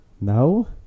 No